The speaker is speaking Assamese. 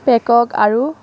পেকক আৰু